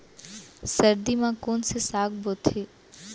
सर्दी मा कोन से साग बोथे?